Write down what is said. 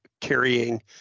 carrying